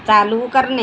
चालू करणे